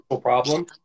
problem